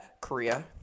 Korea